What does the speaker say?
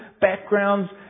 backgrounds